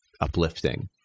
uplifting